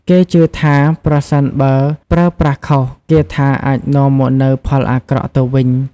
គេជឿថាប្រសិនបើប្រើប្រាស់ខុស គាថាអាចនាំមកនូវផលអាក្រក់ទៅវិញ។